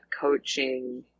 coaching